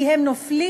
כי הם נופלים,